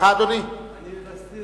אני יכול לדבר?